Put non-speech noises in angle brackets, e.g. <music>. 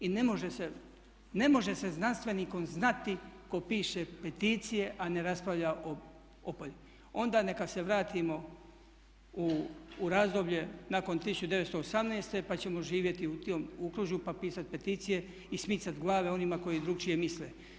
I ne može se znanstvenikom … <unintelligible> tko piše peticije a ne raspravlja o … <unintelligible> Onda neka se vratimo u razdoblje nakon 1918. pa ćemo živjeti u tom okružuju pa pisati peticije i smicati glave onima koji drukčije misle.